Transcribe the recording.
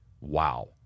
Wow